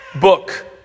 book